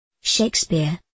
Shakespeare